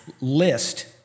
list